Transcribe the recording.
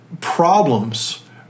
problems